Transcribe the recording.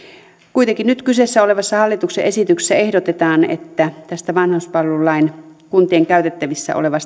kuitenkin nyt kyseessä olevassa hallituksen esityksessä ehdotetaan että tästä vanhuspalvelulain kuntien käytettävissä olevaa